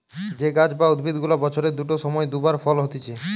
যে গাছ বা উদ্ভিদ গুলা বছরের দুটো সময় দু বার ফল হতিছে